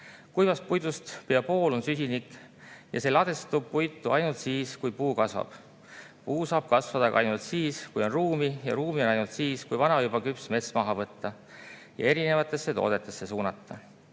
Kuivast puidust pea pool on süsinik ja see ladestub puitu ainult siis, kui puu kasvab. Puu saab kasvada ainult siis, kui on ruumi, ja ruumi on ainult siis, kui vana, juba küps mets maha võtta ja erinevatesse toodetesse suunata.